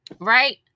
right